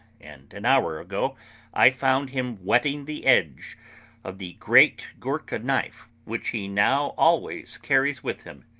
and an hour ago i found him whetting the edge of the great ghoorka knife which he now always carries with him.